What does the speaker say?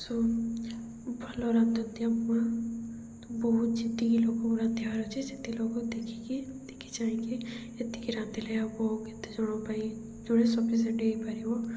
show ଭଲ ରାନ୍ଧନ୍ତିି ଆମ ମାଆ ତ ବହୁତ ଯେତିକି ଲୋକଗୁଡ଼ା ରାନ୍ଧିବାର ଅଛିି ସେତିକି ଲୋକ ଦେଖିକି ଦେଖି ଚାହିଁକି ଏତିକି ରାନ୍ଧିଲେ ହବ କେତେ ଜଣଙ୍କ ପାଇଁ ଜଣେ ସଫିସିଏଣ୍ଟ ହେଇପାରିବ